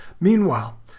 Meanwhile